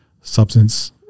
substance